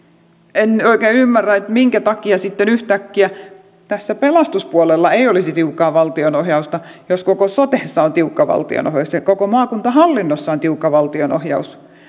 en oikein ymmärrä minkä takia sitten yhtäkkiä tässä pelastuspuolella ei olisi tiukkaa valtionohjausta jos koko sotessa on tiukka valtionohjaus ja koko maakuntahallinnossa on tiukka valtionohjaus